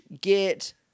get